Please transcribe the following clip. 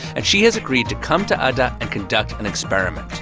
and she has agreed to come to adda and conduct an experiment.